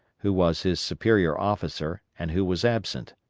who was his superior officer, and who was absent.